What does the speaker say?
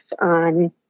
on